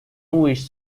wish